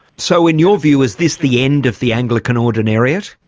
so in your view, is this the end of the anglican ordinariate?